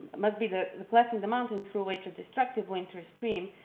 must be the the cleft in the mountain through which a destructive winter stream,